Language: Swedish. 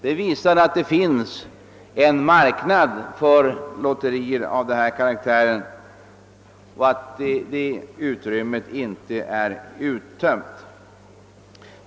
Det visar att det föreligger en marknad för lotterier av denna karaktär och att utrymmet där inte är utfyllt.